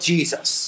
Jesus